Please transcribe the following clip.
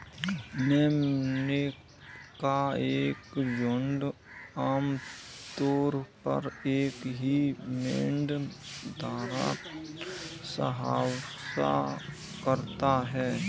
मेमने का एक झुंड आम तौर पर एक ही मेढ़े द्वारा सहवास करता है